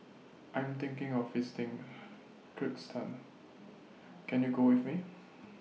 I Am thinking of visiting Kyrgyzstan Can YOU Go with Me